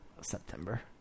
September